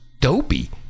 dopey